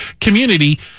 community